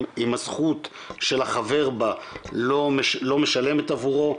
עם הזכות של החבר בה לא משלמת עבורו,